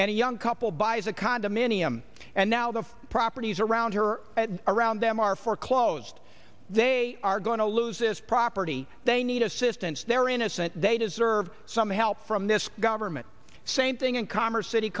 a young couple buys a condominium and now the properties around here are around them are foreclosed they are going to lose this property they need assistance they're innocent they deserve some help from this government same thing in c